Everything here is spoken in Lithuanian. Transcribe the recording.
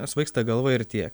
na svaigsta galva ir tiek